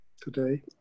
today